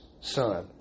son